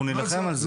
אנחנו נילחם על זה.